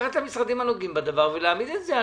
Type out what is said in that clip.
לקחת את המשרדים הנוגעים בדבר ולהעמיד את זה.